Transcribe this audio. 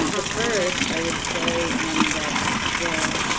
the first i would say and that the